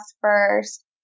first